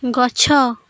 ଗଛ